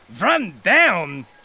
Run-down